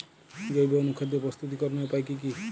জৈব অনুখাদ্য প্রস্তুতিকরনের উপায় কী কী?